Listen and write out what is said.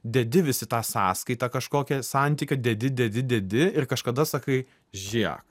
dedi vis į tą sąskaitą kažkokią santykio dedi dedi dedi ir kažkada sakai žiek